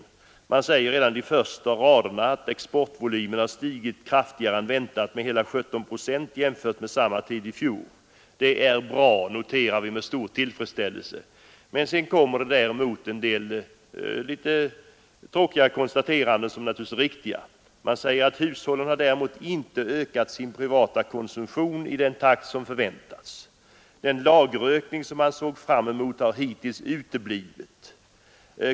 Utskottet säger redan i de första raderna att exportvolymen stigit kraftigare än väntat och med hela 17 procent jämfört med samma tid i fjol. Det är bra, och vi noterar detta med stor tillfredsställelse. Sedan kommer emellertid en del tråkiga konstateranden som naturligtvis är riktiga. Man säger att hushållen däremot inte har ökat sin privata konsumtion i den takt som förväntats. Den lagerökning man såg fram emot har hittills uteblivit.